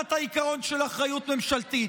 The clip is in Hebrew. תחת העיקרון של אחריות ממשלתית.